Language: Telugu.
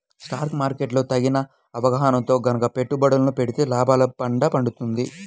స్టాక్ మార్కెట్ లో తగిన అవగాహనతో గనక పెట్టుబడులను పెడితే లాభాల పండ పండుతుంది